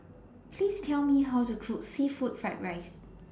Please Tell Me How to Cook Seafood Fried Rice